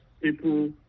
people